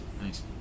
Nice